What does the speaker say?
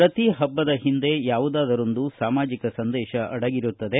ಪ್ರತಿ ಪಬ್ಲದ ಹಿಂದೆ ಯಾವುದಾದರೊಂದು ಸಾಮಾಜಿಕ ಸಂದೇಶ ಅಡಗಿರುತ್ತದೆ